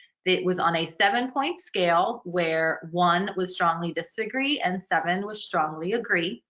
it was on a seven-point scale where one was strongly disagree and seven was strongly agree.